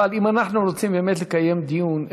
אבל אם אנחנו רוצים באמת לקיים דיון,